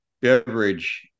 beverage